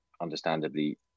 understandably